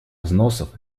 взносов